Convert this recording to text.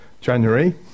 January